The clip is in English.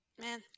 man